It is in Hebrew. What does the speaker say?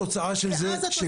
התוצאה של זה,